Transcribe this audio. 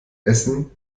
essen